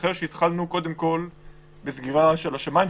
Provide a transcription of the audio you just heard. התחלנו קודם כל בסגירה של השמים,